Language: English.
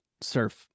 Surf